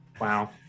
Wow